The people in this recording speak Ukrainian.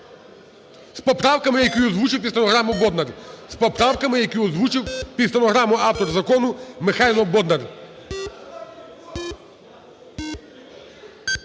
з поправками, які озвучив під стенограму Бондар.